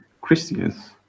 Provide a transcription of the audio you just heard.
Christians